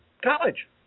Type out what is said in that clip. college